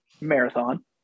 marathon